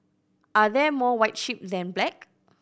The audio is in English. are there more white sheep than black